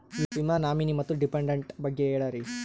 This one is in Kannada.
ವಿಮಾ ನಾಮಿನಿ ಮತ್ತು ಡಿಪೆಂಡಂಟ ಬಗ್ಗೆ ಹೇಳರಿ?